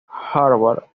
harvard